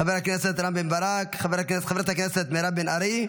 חבר הכנסת רם בן ברק, חברת הכנסת מירב בן ארי,